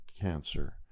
cancer